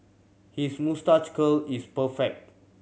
his moustache curl is perfect